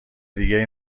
دیگهای